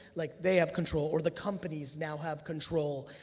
like they have control or the companies now have control.